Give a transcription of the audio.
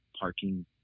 parking